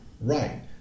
right